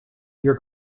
your